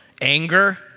anger